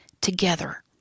together